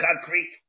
concrete